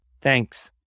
Thanks